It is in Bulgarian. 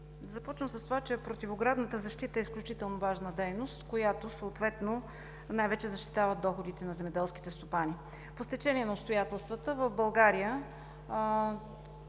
Започвам с това, че противоградната защита е изключително важна дейност, която съответно най-вече защитава доходите на земеделските стопани. По стечение на обстоятелствата в България